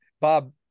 Bob